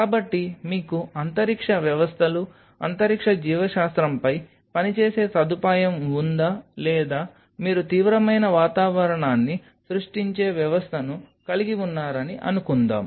కాబట్టి మీకు అంతరిక్ష వ్యవస్థలు అంతరిక్ష జీవశాస్త్రంపై పని చేసే సదుపాయం ఉందా లేదా మీరు తీవ్రమైన వాతావరణాన్ని సృష్టించే వ్యవస్థను కలిగి ఉన్నారని అనుకుందాం